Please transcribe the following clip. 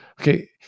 okay